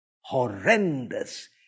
Horrendous